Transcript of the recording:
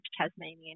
Tasmanian